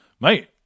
mate